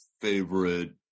favorite